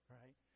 right